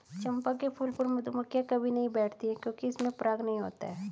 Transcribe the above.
चंपा के फूल पर मधुमक्खियां कभी नहीं बैठती हैं क्योंकि इसमें पराग नहीं होता है